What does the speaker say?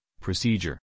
Procedure